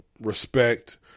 respect